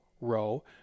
row